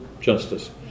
justice